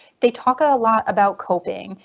they talk a lot about coping.